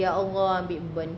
biar allah ambil beban